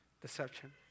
deception